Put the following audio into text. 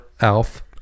Alf